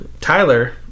Tyler